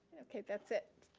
okay, that's it.